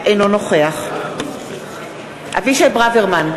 אינו נוכח אבישי ברוורמן,